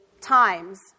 times—